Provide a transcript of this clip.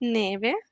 neve